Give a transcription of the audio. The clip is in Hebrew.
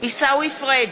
עיסאווי פריג'